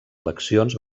eleccions